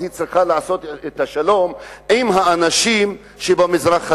אז היא צריכה לעשות את השלום עם האנשים שבמזרח התיכון,